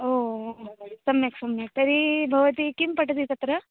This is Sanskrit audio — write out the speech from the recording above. ओ ओ सम्यक् सम्यक् तर्हि भवती किं पठति तत्र